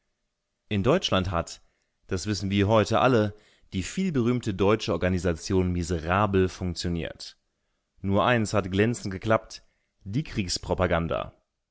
in deutschland hat das wissen wir heute alle die vielberühmte deutsche organisation miserabel funktioniert nur eins hat glänzend geklappt die